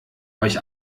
euch